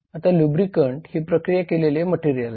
आता लुब्रीकंट ही प्रक्रिया केलेले मटेरियल आहे